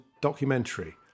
documentary